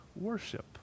worship